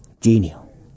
Genial